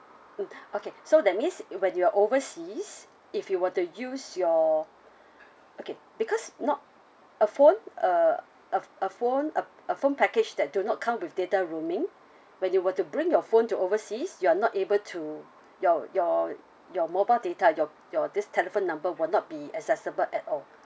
mm okay so that means when you're overseas if you were to use your okay because not a phone uh a a phone a a phone package that do not come with data roaming when you were to bring your phone to overseas you're not able to your your your mobile data your your this telephone number will not be accessible at all